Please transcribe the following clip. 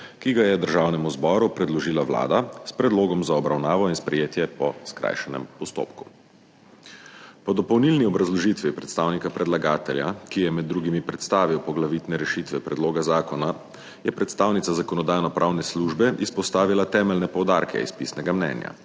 ki ga je Državnemu zboru predložila Vlada s predlogom za obravnavo in sprejetje po skrajšanem postopku. Po dopolnilni obrazložitvi predstavnika predlagatelja, ki je med drugim predstavil poglavitne rešitve predloga zakona, je predstavnica Zakonodajno-pravne službe izpostavila temeljne poudarke iz pisnega mnenja.